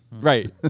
Right